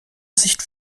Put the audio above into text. sicht